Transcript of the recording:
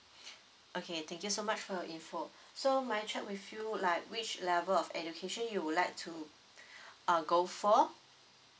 okay thank you so much for your info so may I check with you like which level of education you would like to uh go for